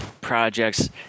projects